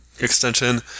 extension